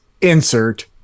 Insert